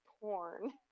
porn